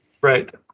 Right